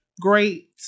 great